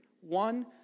One